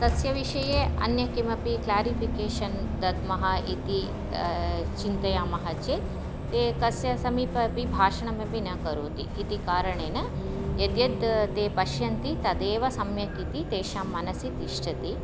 तस्य विषये अन्य किमपि क्लारिफ़िकेशन् दद्मः इति चिन्तयामः चेत् एकस्य समीपे अपि भाषणमपि न करोति इति कारणेन यद्यद् ते पश्यन्ति तदेव सम्यक् इति तेषां मनसि तिष्ठत